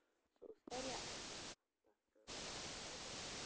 سُہ اوس وارِیاہ اصٕل تتھ درٛاو مےٚ وارِیاہ ٹایِم